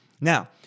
Now